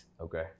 Okay